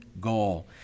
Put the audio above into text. goal